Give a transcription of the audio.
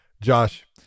Josh